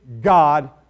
God